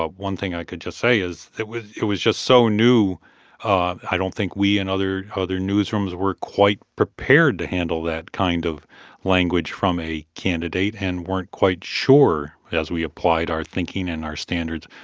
ah one thing i could just say is it was it was just so new ah i don't think we and other other newsrooms were quite prepared to handle that kind of language from a candidate and weren't quite sure, as we applied our thinking and our standards,